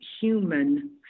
human